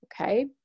okay